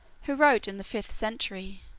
who wrote in the fifth century,